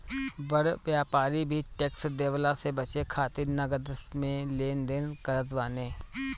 बड़ व्यापारी भी टेक्स देवला से बचे खातिर नगद में लेन देन करत बाने